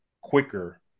quicker